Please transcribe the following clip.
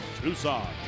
Tucson